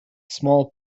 small